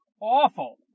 awful